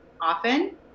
often